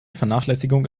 vernachlässigung